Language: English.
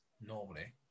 normally